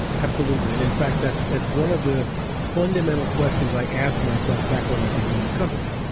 absolutely. and in fact, that's that's one of the fundamental questions i asked myself back when i began the company.